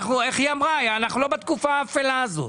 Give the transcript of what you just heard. אנחנו לא בתקופה האפלה הזו,